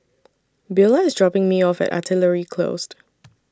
Beulah IS dropping Me off At Artillery Close